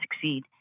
succeed